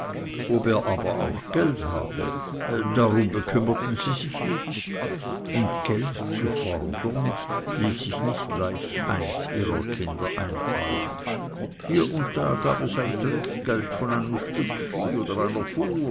ob er aber auch geld habe darum bekümmerten sie sich nicht und geld zu fordern ließ sich nicht leicht eins ihrer kinder einfallen hie und da gab es ein trinkgeld von einem stück vieh oder einer